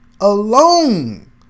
alone